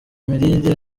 imirire